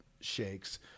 shakes